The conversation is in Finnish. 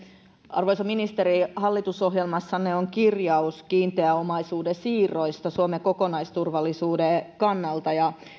arvoisa ministeri hallitusohjelmassanne on kirjaus kiinteän omaisuuden siirroista suomen kokonaisturvallisuuden kannalta